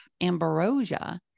Ambrosia